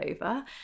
over